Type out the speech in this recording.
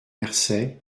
mercey